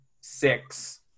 six